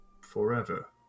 forever